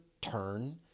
turn